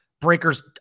breakers